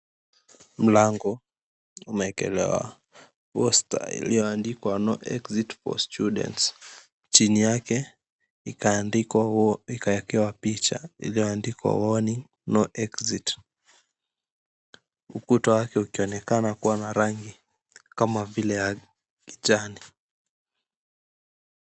Mlango umeekelewa posta iliyoandikwa, No Exit For Students, chini yake ikaandikwa huo ikawekewa picha iliyoandikwa, Warning No Exit. Ukuta wake ukionekana kuwa wa rangi kama vile ya kijani.